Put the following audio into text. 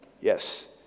Yes